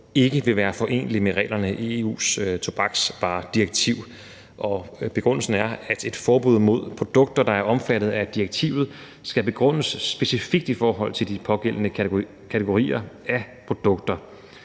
ikke vil være foreneligt med reglerne i EU's tobaksvaredirektiv. Begrundelsen er, at et forbud mod produkter, der er omfattet af direktivet, skal begrundes specifikt i forhold til de pågældende kategorier af produkter.